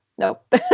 Nope